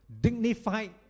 Dignified